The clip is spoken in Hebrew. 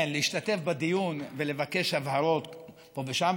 כן, להשתתף בדיון ולבקש הבהרות פה ושם.